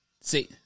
see